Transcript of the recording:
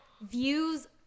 views